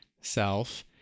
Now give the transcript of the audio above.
self